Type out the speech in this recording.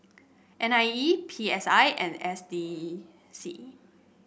N I E P S I and S D C